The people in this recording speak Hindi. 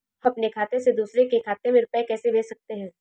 हम अपने खाते से दूसरे के खाते में रुपये कैसे भेज सकते हैं?